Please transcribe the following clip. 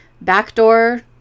backdoor